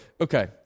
Okay